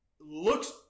looks